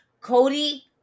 Cody